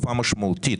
תקופה משמעותית?